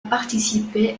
participer